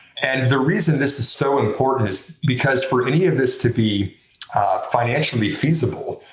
and the reason this is so important is because, for any of this to be financially feasible,